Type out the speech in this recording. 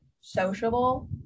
sociable